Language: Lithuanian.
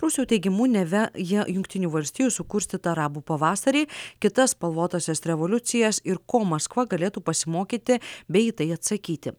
rusų teigimu neva jie jungtinių valstijų sukurstytą arabų pavasarį kitas spalvotąsias revoliucijas ir ko maskva galėtų pasimokyti bei į tai atsakyti